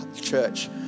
church